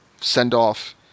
send-off